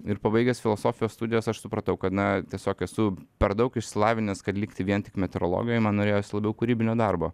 ir pabaigęs filosofijos studijas aš supratau kad na tiesiog esu per daug išsilavinęs kad likti vien tik meteorologijoj man norėjosi labiau kūrybinio darbo